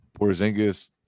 Porzingis